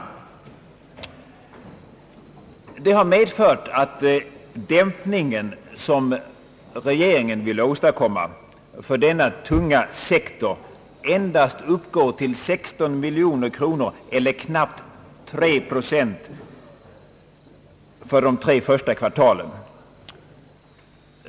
Detta har medfört att den dämpning som regeringen vill åstadkomma för denna tunga sektor endast uppgår till 16 miljoner kronor eller knappt 3 procent för de första tre kvartalen.